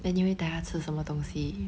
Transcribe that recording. then 你会带她吃什么东西